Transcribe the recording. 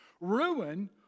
Ruin